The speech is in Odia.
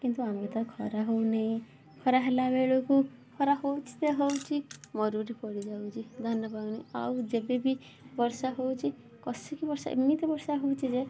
କିନ୍ତୁ ଆମେ ତ ଖରା ହଉନେଇ ଖରା ହେଲା ବେଳୁକୁ ଖରା ହଉଛି ଯେ ହଉଛି ମରୁଡ଼ି ପଡ଼ିଯାଉଛି ଧାନ ପାଉନି ଆଉ ଯେବେ ବି ବର୍ଷା ହଉଛି କସିକି ବର୍ଷା ଏମିତି ବର୍ଷା ହଉଛି ଯେ